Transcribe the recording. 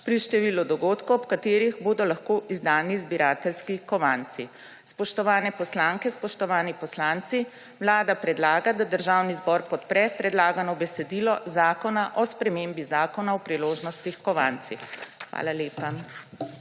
pri številu dogodkov, ob katerih bodo lahko izdani zbirateljski kovanci. Spoštovane poslanke, spoštovani poslanci! Vlada predlaga, da Državni zbor podpre predlagano besedilo Zakona o spremembi Zakona o priložnostnih kovancih. Hvala lepa.